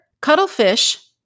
Cuttlefish